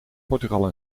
portugal